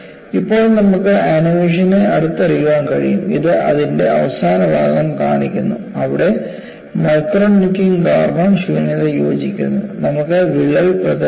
ഇപ്പോൾ നമുക്ക് ആനിമേഷനെ അടുത്തറിയാൻ കഴിയും ഇത് അതിന്റെ അവസാന ഭാഗം കാണിക്കുന്നു അവിടെ മൈക്രോ നെക്കിംഗ് കാരണം ശൂന്യത യോജിക്കുന്നു നമുക്ക് വിള്ളൽ പ്രചരണം ഉണ്ട്